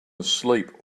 asleep